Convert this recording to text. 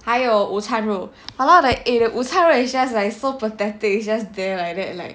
还有午餐肉 !walao! the eh the 午餐肉 is just like so pathetic is just there like